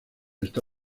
esta